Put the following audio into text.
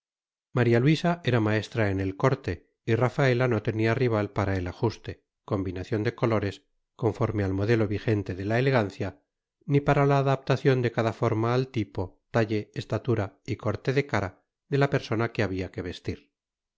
maría luisa era maestra en el corte y rafaela no tenía rival para el ajuste combinación de colores conforme al modelo vigente de la elegancia ni para la adaptación de cada forma al tipo talle estatura y corte de cara de la persona que había que vestir